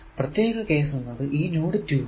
പ്രത്യേക കേസ് എന്നത് ഈ നോഡ് 2 ആണ്